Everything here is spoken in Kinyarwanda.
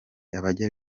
abajya